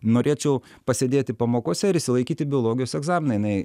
norėčiau pasėdėti pamokose ir išsilaikyti biologijos egzaminą jinai